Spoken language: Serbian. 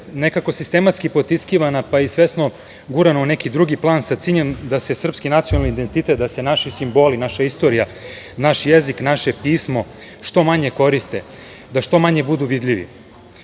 nekako sistematski potiskivana, pa i svesno gurana u neki drugi plan sa ciljem da se srpski nacionalni identitet, da se naši simboli, naša istorija, naš jezik, naše pismo što manje koriste, da što manje budu vidljivi.